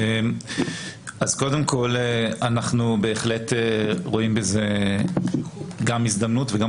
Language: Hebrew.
אז קודם כל אנחנו בהחלט רואים בזה גם הזדמנות וגם